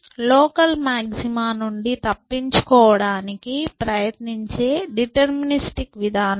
local maxima నుండి తప్పించుకోవడానికి ప్రయత్నించే డిటర్మినిస్టిక్ విధానం ఇది